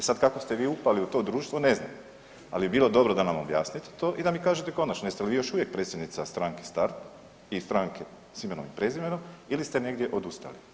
E sad kako ste vi upali u to društvo ne znam, ali bi bilo dobro da nam objasnite to i da mi kažete konačno jeste li vi još uvijek predsjednica Stranke Start i Stranke s imenom i prezimenom ili ste negdje odustali?